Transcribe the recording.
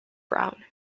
brown